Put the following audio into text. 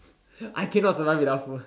I can not survive without food